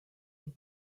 nous